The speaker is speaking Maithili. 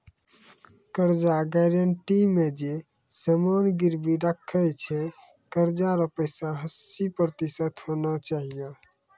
कर्जा गारंटी मे जे समान गिरबी राखै छै कर्जा रो पैसा हस्सी प्रतिशत होना चाहियो